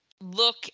look